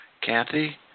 Kathy